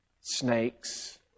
Snakes